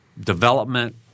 development –